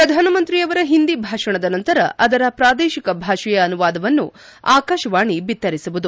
ಪ್ರಧಾನಮಂತ್ರಿಯವರ ಹಿಂದಿ ಭಾಷಣದ ನಂತರ ಅದರ ಪ್ರಾದೇಶಿಕ ಭಾಷೆಯ ಅನುವಾದವನ್ನು ಆಕಾಶವಾಣಿ ಬಿತ್ತರಿಸುವುದು